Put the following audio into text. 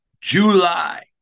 July